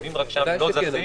שוהים רק שם ולא זזים.